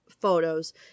photos